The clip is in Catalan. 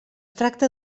tracta